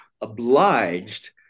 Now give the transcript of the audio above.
obliged